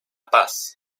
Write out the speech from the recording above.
paz